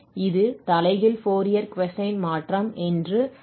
இது தலைகீழ் Fourier cosine மாற்றம் என்று அழைக்கப்படுகிறது